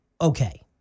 okay